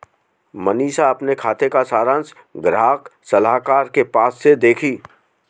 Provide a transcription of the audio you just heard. मनीषा अपने खाते का सारांश ग्राहक सलाहकार के पास से देखी